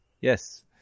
Yes